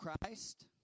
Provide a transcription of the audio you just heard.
Christ